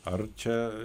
ar čia